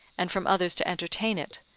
and from others to entertain it,